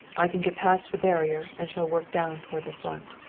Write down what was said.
i can get past the barrier and shall work down toward the front.